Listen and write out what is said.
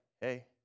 hey